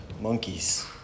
monkeys